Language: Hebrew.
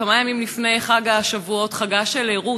כמה ימים לפני חג השבועות, חגה של רות,